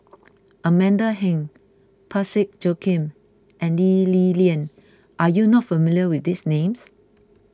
Amanda Heng Parsick Joaquim and Lee Li Lian are you not familiar with these names